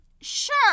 sure